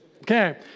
Okay